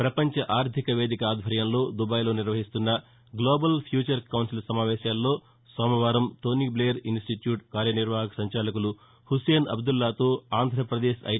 ప్రపంచ ఆర్దిక వేదిక ఆధ్వర్యంలో దుబాయ్లో నిర్వహిస్తున్న గ్లోబల్ ఫ్యాచర్ కౌన్సిల్ సమావేశాల్లో సోమవారం టోనీ బ్లెయిర్ ఇన్స్టిట్యూట్ కార్యనిర్వాహక సంచాలకులు హుస్సేన్ అబ్దుల్లాతో ఆంధ్రపదేశ్ ఐ